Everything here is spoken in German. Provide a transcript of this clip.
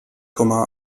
komma